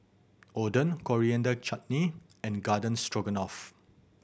Oden Coriander Chutney and Garden Stroganoff